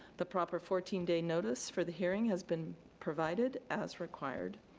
the proper fourteen day notice for the hearing has been provided as required.